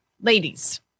ladies